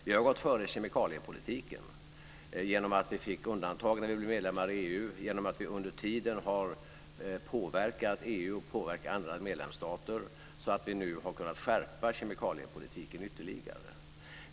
Vi har gått före i kemikaliepolitiken, genom att vi fick undantag när vi blev medlemmar i EU och genom att vi under tiden har påverkat EU och medlemsstater så att vi nu har kunnat skärpa kemikaliepolitiken ytterligare.